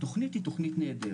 הם פשוט הצילו.